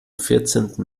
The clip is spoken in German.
vierzehnten